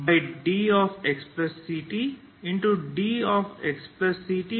ddt|t0dc2xctdxct